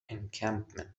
encampment